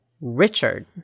Richard